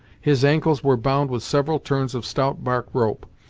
his ankles were bound with several turns of stout bark rope,